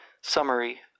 summary